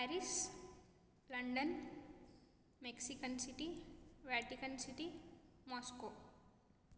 Paris London Mexican city Vatican city Moscow